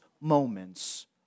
moments